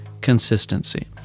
consistency